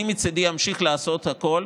אני מצידי אמשיך לעשות הכול,